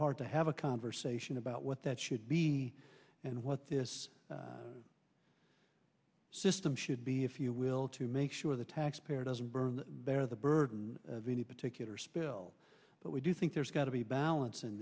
part to have a conversation about what that should be and what this system should be if you will to make sure the taxpayer doesn't burn bear the burden of any particular spill but we do think there's got to be balanc